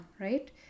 right